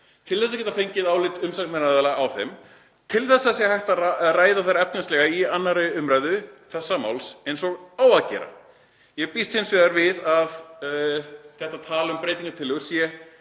til þess að geta fengið álit umsagnaraðila á þeim, til þess að það sé hægt að ræða þær efnislega við 2. umr. þessa máls eins og á að gera. Ég býst hins vegar við að þetta tal um breytingartillögur sé